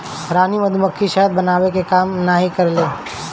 रानी मधुमक्खी शहद बनावे के काम नाही करेले